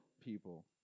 people